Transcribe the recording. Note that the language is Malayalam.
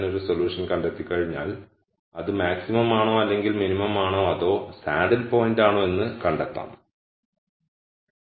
ഞാൻ ഒരു സൊല്യൂഷൻ കണ്ടെത്തിക്കഴിഞ്ഞാൽ അത് മാക്സിമം ആണോ അല്ലെങ്കിൽ മിനിമം ആണോ അതോ സാഡിൽ പോയിന്റാണോ എന്ന് കണ്ടെത്താത്താം